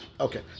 Okay